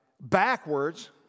backwards